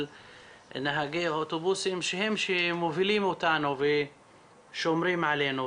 נהגי האוטובוסים שהם שמובילים אותנו ושומרים עלינו,